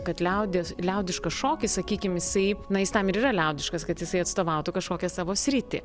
kad liaudies liaudiškas šokis sakykim jisai na jis tam ir yra liaudiškas kad jisai atstovautų kažkokią savo sritį